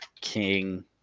king